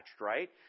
Right